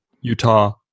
Utah